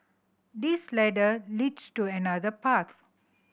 this ladder leads to another path